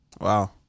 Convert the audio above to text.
Wow